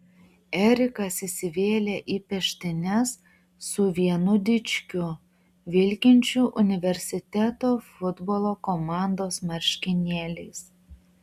erikas įsivėlė į peštynes su vienu dičkiu vilkinčiu universiteto futbolo komandos marškinėliais